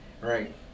right